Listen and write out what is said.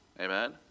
Amen